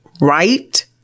right